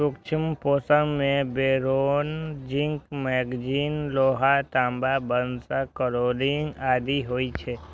सूक्ष्म पोषक मे बोरोन, जिंक, मैगनीज, लोहा, तांबा, वसा, क्लोरिन आदि होइ छै